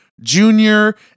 junior